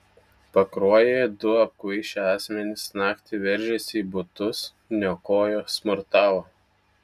pakruojyje du apkvaišę asmenys naktį veržėsi į butus niokojo smurtavo